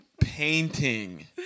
Painting